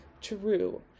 true